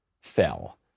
fell